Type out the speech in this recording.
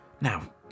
Now